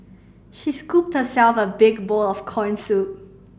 she scooped herself a big bowl of corn soup